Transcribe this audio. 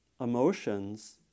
emotions